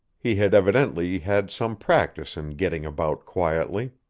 he had evidently had some practice in getting about quietly.